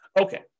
Okay